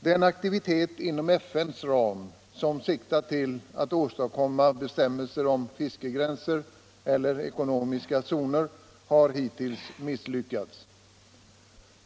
Den aktivitet inom FN:s ram som siktar till att åstadkomma bestämmelser om fiskegränser, eller ekonomiska zoner, har hittills misslyckats.